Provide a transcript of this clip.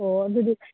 ꯑꯣ ꯑꯗꯨꯗꯤ